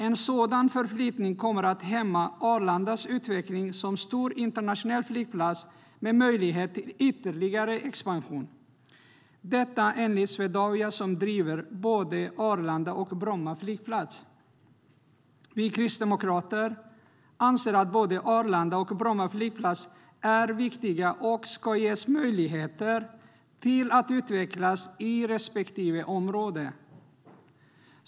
En sådan förflyttning kommer att hämma Arlandas utveckling som stor internationell flygplats med möjlighet till ytterligare expansion, detta enligt Swedavia som driver både Arlanda och Bromma flygplats. Vi kristdemokrater anser att både Arlanda och Bromma flygplats är viktiga och ska ges möjligheter att utvecklas i respektive område.